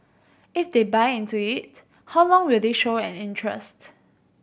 if they buy into it how long will they show an interest